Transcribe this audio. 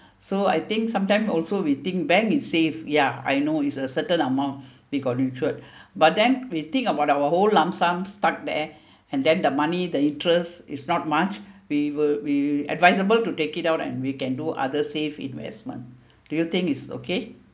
so I think sometimes also we think bank is safe ya I know it's a certain amount we got insured but then we think about our whole lump sum stuck there and then the money the interest is not much we will we advisable to take it out and we can do other safe investment do you think is okay